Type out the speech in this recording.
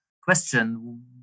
question